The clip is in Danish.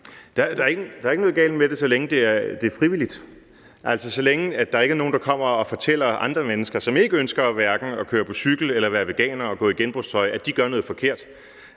Der er ikke noget galt med det, så længe det er frivilligt, altså så længe, at der ikke er nogen, der kommer og fortæller andre mennesker, som ikke ønsker at køre på cykel eller være veganere eller gå i genbrugstøj, at de gør noget forkert.